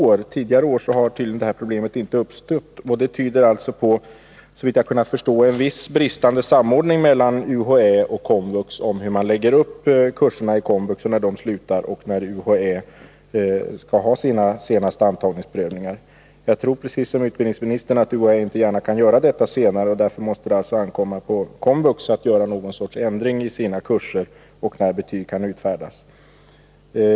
Under tidigare år har tydligen detta problem inte uppstått. Det tyder alltså på att det nu råder en viss brist på samordning mellan UHÄ och KOMVUX i fråga om hur man lägger upp kurserna i KOMVUX, när de slutar och när UHÄ skall ha sina senaste antagningsprövningar. Jag tror precis som utbildningsministern att UHÄ inte gärna kan ha dessa prövningar senare och att det därför måste ankomma på KOMVUX att göra någon sorts ändring i sina kurser och i fråga om den tid när betyg kan utfärdas.